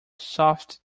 soft